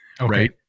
right